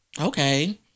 Okay